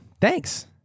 thanks